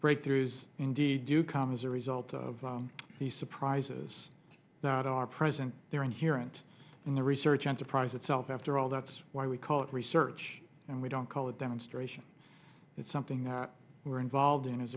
breakthroughs indeed do come as a result of the surprises that are present there inherent in the research enterprise itself after all that's why we call it research and we don't call it demonstration it's something we're involved in